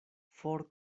for